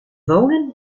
wonen